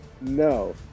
No